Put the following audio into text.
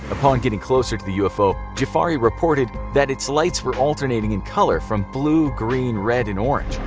upon getting closer to the ufo jafari reported that its lights were alternating in color from blue, green, red, and orange.